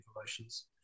emotions